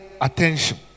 attention